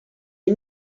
est